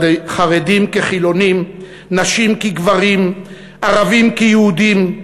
חרדים כחילונים, נשים כגברים, ערבים כיהודים.